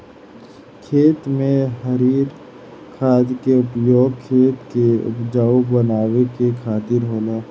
खेत में हरिर खाद के उपयोग खेत के उपजाऊ बनावे के खातिर होला